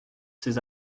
ces